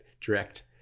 direct